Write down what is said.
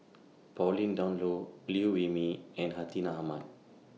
Pauline Dawn Loh Liew Wee Mee and Hartinah Ahmad